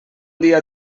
dia